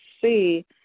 see